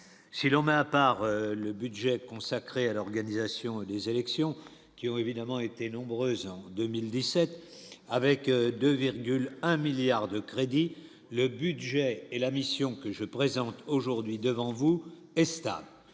si l'on met à part le budget consacré à l'organisation. Selon les élections qui ont évidemment été nombreux en 2017 avec 2,1 milliards de crédits, le budget et la mission que je présente aujourd'hui devant vous est stable,